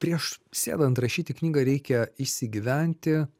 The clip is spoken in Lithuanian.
prieš sėdant rašyti knygą reikia įsigyventi